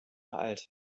alt